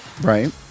Right